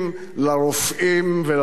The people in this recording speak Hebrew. לרופאים ולמורים.